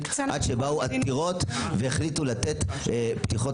עד שבאו עתירות והחליטו לתת פתיחות